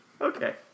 Okay